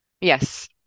Yes